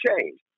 change